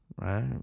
Right